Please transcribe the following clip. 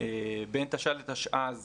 בין תשע"א לתשע"ז